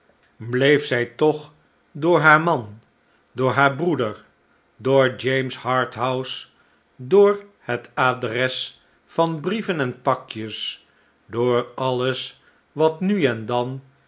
bleef zij toch door haar man door haar breeder door james harthouse door het adres van brieven en pakjes door alles wat nu en dan